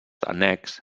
annex